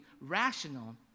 rational